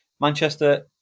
Manchester